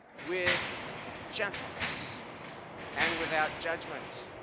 with gentleness and without judgment.